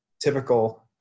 typical